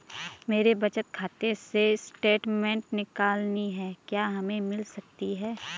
मेरे बचत खाते से स्टेटमेंट निकालनी है क्या हमें मिल सकती है?